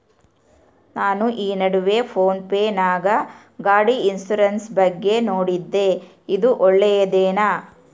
ನಾನು ಈ ನಡುವೆ ಫೋನ್ ಪೇ ನಾಗ ಗಾಡಿ ಇನ್ಸುರೆನ್ಸ್ ಬಗ್ಗೆ ನೋಡಿದ್ದೇ ಇದು ಒಳ್ಳೇದೇನಾ?